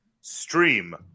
stream